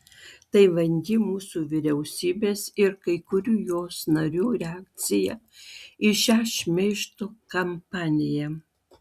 tai vangi mūsų vyriausybės ir kai kurių jos narių reakcija į šią šmeižto kampaniją